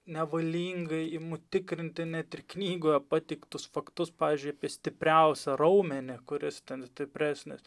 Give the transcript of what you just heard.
nevalingai imu tikrinti net ir knygoje pateiktus faktus pavyzdžiui apie stipriausią raumenį kuris ten stipresnis